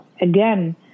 again